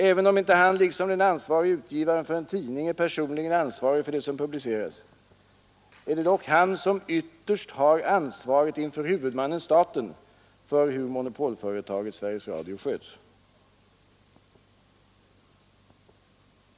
Även om han inte liksom den ansvarige utgivaren för en tidning är personligen ansvarig för det som produceras, är det dock han som ytterst har ansvaret inför huvudmannen staten för hur monopolföretaget Sveriges Radio sköts.